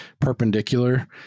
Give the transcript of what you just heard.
perpendicular